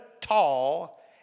tall